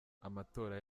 amatora